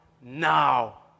now